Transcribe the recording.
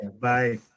bye